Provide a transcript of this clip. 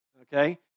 Okay